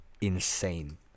Insane